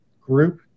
group